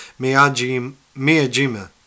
Miyajima